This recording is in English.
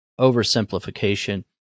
oversimplification